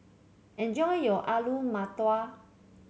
enjoy your Alu Matar